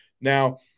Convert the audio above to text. Now